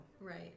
Right